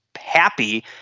happy